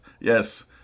Yes